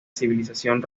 civilización